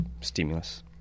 stimulus